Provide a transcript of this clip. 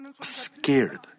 scared